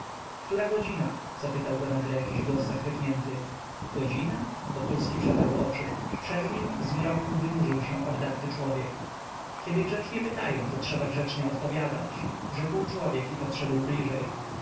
która godzina zapytał go nagle jakiś głos zachrypnięty godzina wokulski przetarł oczy przed nim z mroku wynurzył się obdarty człowiek kiedy grzecznie pytają to trzeba grzecznie odpowiadać rzekł człowiek i podszedł bliżej